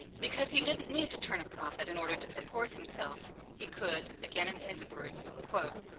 because he didn't need to turn a profit in order to support himself, he could, again, in his words, quote,